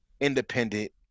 independent